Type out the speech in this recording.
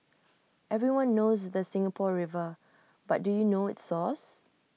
everyone knows the Singapore river but do you know its source